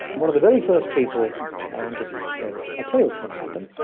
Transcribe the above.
one of the very first people i interviewed said, i'll tell you what's going to happen,